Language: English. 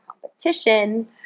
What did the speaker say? competition